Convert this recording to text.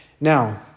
now